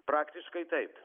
praktiškai taip